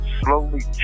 slowly